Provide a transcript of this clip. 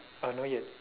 uh not yet